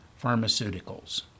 pharmaceuticals